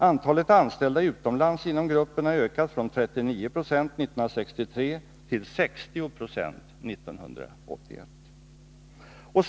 Andelen anställda utomlands inom gruppen har ökat från 39 96 1963 till 60 20 1981.